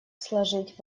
сложить